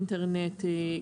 אינטרנט,